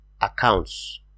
accounts